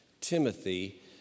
Timothy